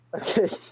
Okay